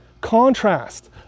contrast